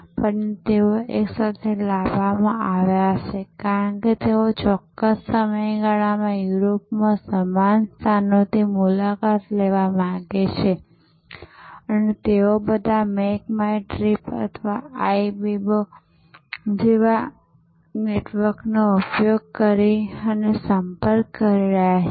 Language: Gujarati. પરંતુ તેઓને એકસાથે લાવવામાં આવ્યા હશે કારણ કે તેઓ ચોક્કસ સમયગાળામાં યુરોપમાં સમાન સ્થાનોની મુલાકાત લેવા માગે છે અને તેઓ બધા મેક માય ટ્રિપ અથવા આઇબીબો જેવા નેટવર્કનો સંપર્ક કરી રહ્યાં છે